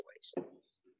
situations